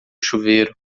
chuveiro